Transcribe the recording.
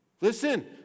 listen